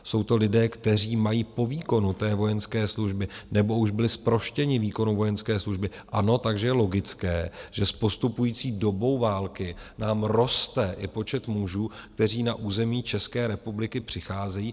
Jsou to lidé, kteří mají po výkonu vojenské služby nebo už byli zproštěni výkonu vojenské služby, ano, takže je logické, že s postupující dobou války nám roste i počet mužů, kteří na území České republiky přicházejí.